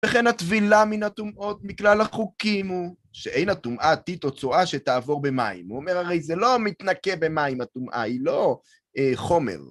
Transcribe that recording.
וכן הטבילה מן הטומאות מכלל החוקים הוא שאין הטומאה טיט או צואה שתעבור במים. הוא אומר הרי זה לא המתנקה במים הטומאה, היא לא חומר.